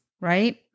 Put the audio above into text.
right